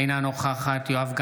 אינה נוכחת יואב גלנט,